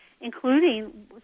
including